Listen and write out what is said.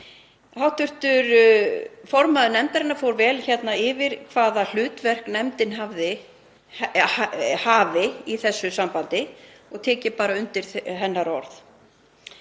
Hv. formaður nefndarinnar fór vel yfir hvaða hlutverk nefndin hefur í þessu sambandi og tek ég undir hennar orð.